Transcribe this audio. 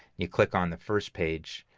you click on the first page,